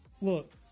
look